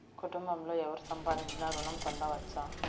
కుటుంబంలో ఎవరు సంపాదించినా ఋణం పొందవచ్చా?